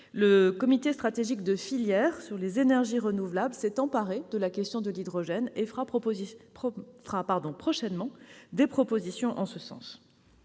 le comité stratégique de filière sur les énergies renouvelables s'est emparé de la question de l'hydrogène et formulera prochainement des propositions en ce sens.